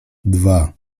dwa